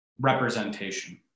representation